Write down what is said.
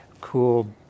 cool